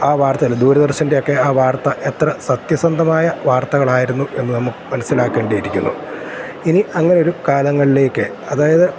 ആ വാർത്തകൾ ദൂരദർശൻ്റെ ഒക്കെ ആ വാർത്ത എത്ര സത്യസന്ധമായ വാർത്തകളായിരുന്നു എന്ന് നമുക്ക് മനസ്സിലാക്കേണ്ടിയിരിക്കുന്നു ഇനി അങ്ങനെ ഒരു കാലങ്ങളിലേക്ക് അതായത്